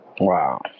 wow